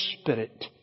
Spirit